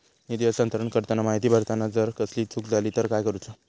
निधी हस्तांतरण करताना माहिती भरताना जर कसलीय चूक जाली तर काय करूचा?